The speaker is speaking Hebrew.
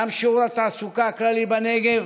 גם שיעור התעסוקה הכללי בנגב